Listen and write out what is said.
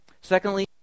Secondly